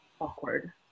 awkward